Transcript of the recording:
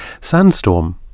Sandstorm